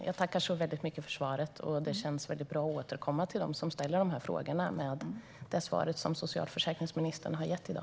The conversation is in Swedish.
Herr talman! Jag tackar så mycket för svaret. Det känns bra att kunna återkomma till dem som ställer frågorna med det svar som socialförsäkringsministern har gett i dag.